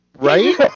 Right